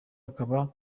akaba